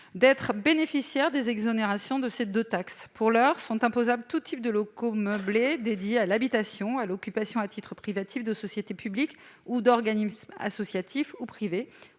du code général des impôts. Pour l'heure, sont imposables tous types de locaux meublés dédiés à l'habitation, à l'occupation à titre privatif de sociétés publiques ou d'organismes associatifs ou privés,